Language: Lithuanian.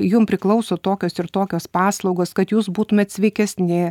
jum priklauso tokios ir tokios paslaugos kad jūs būtumėt sveikesni